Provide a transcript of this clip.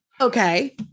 Okay